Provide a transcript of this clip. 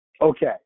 okay